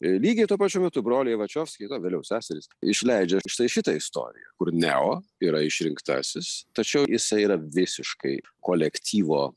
ir lygiai tuo pačiu metu broliai vačiovskiai na vėliau seserys išleidžia štai šitą istoriją kur neo yra išrinktasis tačiau jisai yra visiškai kolektyvo